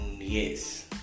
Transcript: yes